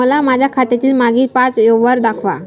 मला माझ्या खात्यातील मागील पांच व्यवहार दाखवा